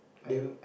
the